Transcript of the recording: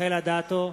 רחל אדטו,